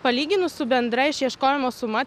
palyginus su bendra išieškojimo suma